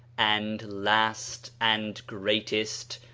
and last and greatest,